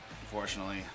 Unfortunately